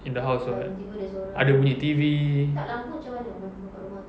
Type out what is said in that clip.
in the house [what] ada bunyi T_V